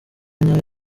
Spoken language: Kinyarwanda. nyayo